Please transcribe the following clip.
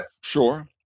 sure